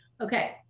okay